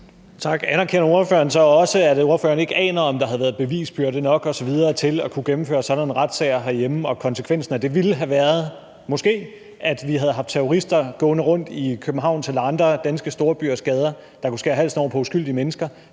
Tak. Anerkender ordføreren så også, at ordføreren ikke aner, om der havde været bevisbyrde nok osv. til at kunne gennemføre sådan en retssag herhjemme, og at konsekvensen af det måske ville have været, at vi havde haft terrorister gående rundt i Københavns eller andre danske storbyers gader, der kunne skære halsen over på uskyldige mennesker,